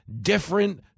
different